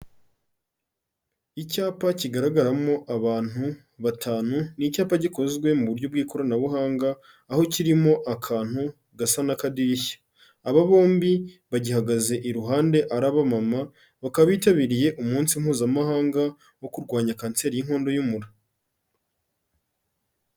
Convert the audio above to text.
Icyapa kigaragaramo abantu batanu, ni icyapa gikozwe mu buryo bw'ikoranabuhanga, aho kirimo akantu gasa n'akadirishya. Aba bombi bagihagaze iruhande ari abamama, bakaba bitabiriye umunsi mpuzamahanga wo kurwanya Kanseri y'inkondo y'umura.